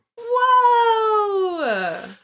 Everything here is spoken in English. Whoa